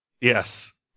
Yes